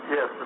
Yes